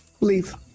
Leave